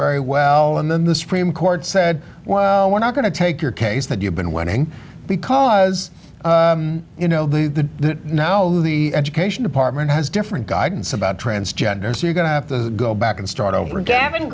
very well in the supreme court said well we're not going to take your case that you've been winning because you know now the education department has different guidance about transgenders you're going to have to go back and start over gavin